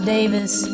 Davis